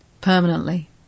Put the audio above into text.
Permanently